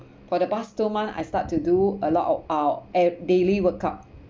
for the past two months I start to do a lot of uh ab daily workout